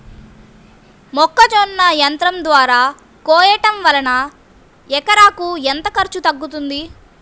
మొక్కజొన్న యంత్రం ద్వారా కోయటం వలన ఎకరాకు ఎంత ఖర్చు తగ్గుతుంది?